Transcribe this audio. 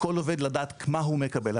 כל עובד לדעת מה הוא מקבל.